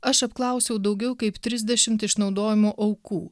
aš apklausiau daugiau kaip trisdešimt išnaudojimo aukų